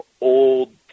old